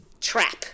trap